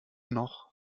noch